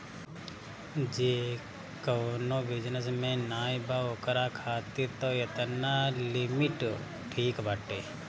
जे कवनो बिजनेस में नाइ बा ओकरा खातिर तअ एतना लिमिट ठीक बाटे